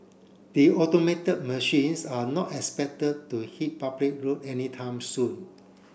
the automated machines are not expected to hit public road anytime soon